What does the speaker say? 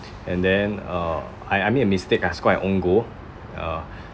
and then uh I I made a mistake I score our own goal uh